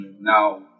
Now